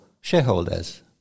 shareholders